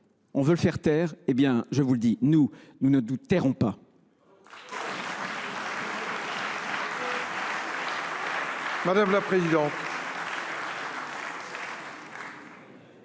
On veut le faire taire ? Eh bien, je vous le dis, nous, nous ne nous tairons pas